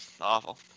Awful